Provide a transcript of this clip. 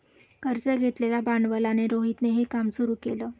कर्ज घेतलेल्या भांडवलाने रोहितने हे काम सुरू केल